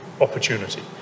opportunity